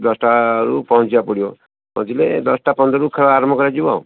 ଦଶଟା ବେଳକୁ ପହଞ୍ଚିବାକୁ ପଡ଼ିବ ପହଞ୍ଚିଲେ ଦଶଟା ପନ୍ଦରକୁ ଖେଳ ଆରମ୍ଭ କରାଯିବ ଆଉ